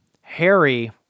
Harry